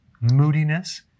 moodiness